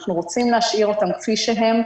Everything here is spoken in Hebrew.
אנחנו רוצים להשאיר אותם כפי שהם.